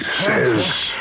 says